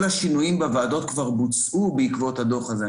כל השינויים בוועדות כבר בוצעו בעקבות הדוח הזה.